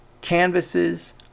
canvases